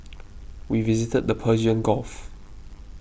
we visited the Persian Gulf